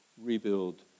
rebuild